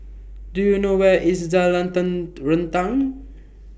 Do YOU know Where IS Jalan Terentang